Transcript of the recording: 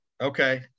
okay